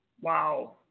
Wow